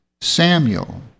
Samuel